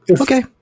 Okay